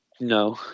no